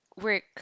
work